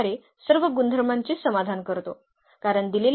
तर या ला 0 ने गुणाकार केला जाईल आणि हा t ने तर हा ने